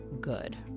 good